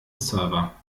server